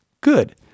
good